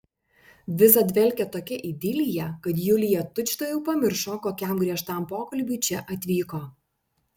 visa dvelkė tokia idilija kad julija tučtuojau pamiršo kokiam griežtam pokalbiui čia atvyko